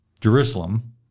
Jerusalem